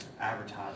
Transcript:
advertising